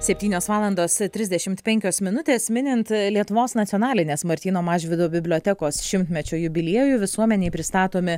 septynios valandos trisdešimt penkios minutės minint lietuvos nacionalinės martyno mažvydo bibliotekos šimtmečio jubiliejų visuomenei pristatomi